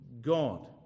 God